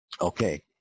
Okay